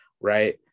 right